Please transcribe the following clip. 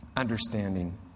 understanding